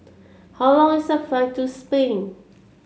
how long is the flight to Spain